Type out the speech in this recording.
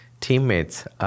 teammates